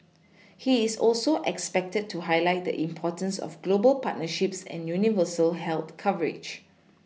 he is also expected to highlight the importance of global partnerships and universal health coverage